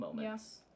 Yes